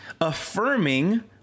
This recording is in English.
affirming